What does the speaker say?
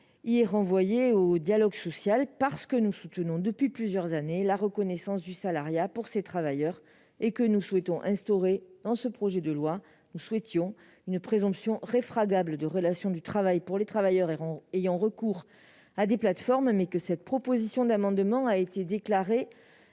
y est renvoyée au dialogue social. Pour notre part, nous soutenons depuis plusieurs années la reconnaissance du salariat pour ces travailleurs et nous souhaitions instaurer dans ce projet de loi une présomption réfragable de relation de travail pour les travailleurs ayant recours à des plateformes. Malheureusement, notre amendement a été déclaré